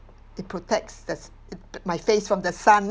it protects the s~ my face from the sun